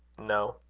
no.